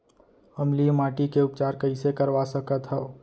अम्लीय माटी के उपचार कइसे करवा सकत हव?